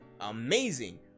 amazing